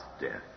death